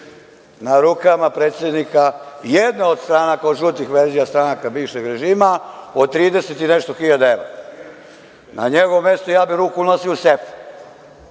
na rukama predsednika jedne od stranaka, od žutih verzija stranaka bivšeg režima, od trideset i nešto hiljada evra. Na njegovom mestu ja bi ruku nosio u sefu.